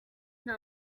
nta